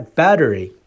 battery